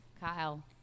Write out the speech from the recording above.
kyle